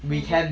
travelling